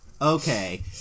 okay